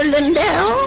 Lindell